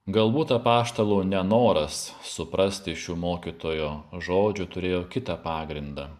galbūt apaštalų nenoras suprasti šių mokytojo žodžių turėjo kitą pagrindą